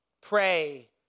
Pray